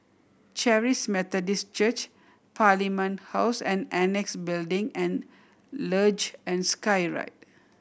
Charis Methodist Church Parliament House and Annexe Building and Luge and Skyride